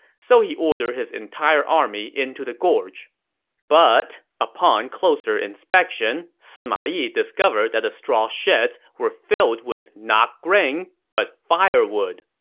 so he ordered his entire army into the gorge but upon closer inspection, sima yi discovered that the straw sheds were filled with not grain, but firewood.